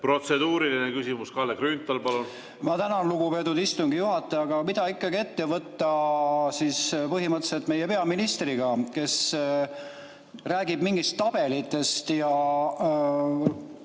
Protseduuriline küsimus. Kalle Grünthal, palun! Ma tänan, lugupeetud istungi juhataja! Aga mida ikkagi ette võtta põhimõtteliselt meie peaministriga, kes räägib mingitest tabelitest.